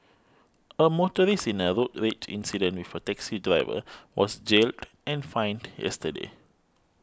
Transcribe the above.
a motorist in a road rage incident with a taxi driver was jailed and fined yesterday